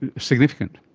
significant.